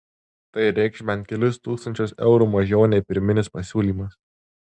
tai reikš bent kelis tūkstančius eurų mažiau nei pirminis pasiūlymas